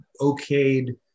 okayed